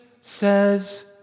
says